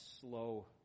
slow